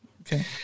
Okay